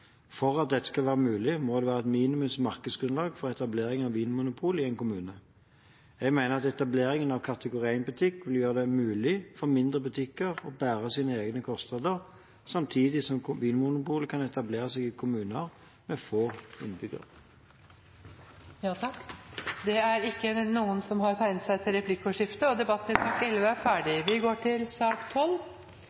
For at dette skal være mulig må det være et minimums markedsgrunnlag for etablering av vinmonopol i en kommune. Jeg mener at etableringen av kategori 1-butikker vil gjøre det mulig for mindre butikker å bære sine egne kostnader, samtidig som Vinmonopolet kan etablere seg i kommuner med få innbyggere. Flere har ikke bedt om ordet til sak